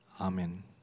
Amen